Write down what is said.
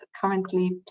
currently